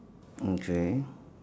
okay